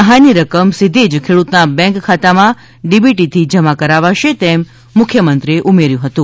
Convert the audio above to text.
સહાયની રકમ સીધી જ ખેડૂતના બેન્ક ખાતામાં ડીબીટીથી જમા કરાવાશે તેમ મુખ્યમંત્રીએ ઉમેર્યું હતું